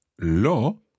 lo